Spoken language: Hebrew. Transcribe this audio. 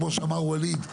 כמו שאמר ווליד,